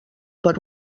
per